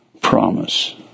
Promise